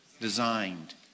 Designed